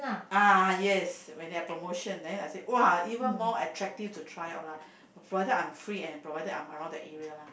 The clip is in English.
ah yes when there're promotions then I said !wah! even more attractive to try out lah for either I'm free and provided I'm around that area lah